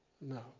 No